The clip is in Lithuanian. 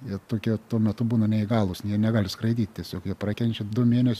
jie tokie tuo metu būna neįgalūs jie negali skraidyt tiesiog jie pakenčia du mėnes